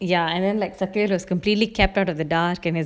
ya and then like satif was completely kept out of the dark